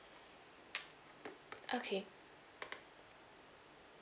okay